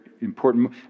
important